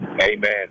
Amen